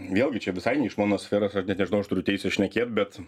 vėlgi čia visai ne iš mano sferos aš net net nežinau aš turiu teisę šnekėt bet